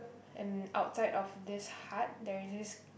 and outside of this hut there is this